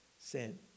sin